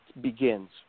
begins